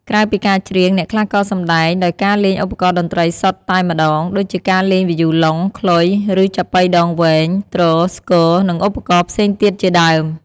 ក្រៅពីការច្រៀង អ្នកខ្លះក៏សម្ដែងដោយការលេងឧបករណ៍តន្ត្រីសុទ្ធតែម្ដង ដូចជាការលេងវីយូឡុង ខ្លុយ ឬចាបុីដងវែង ទ្រ ស្គ និងឧបករណ៍ផ្សេងទៀតជាដើម។